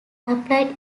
applied